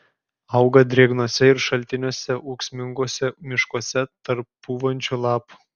auga drėgnuose ir šaltiniuotuose ūksminguose miškuose tarp pūvančių lapų